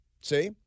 See